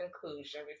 conclusion